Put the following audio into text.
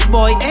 boy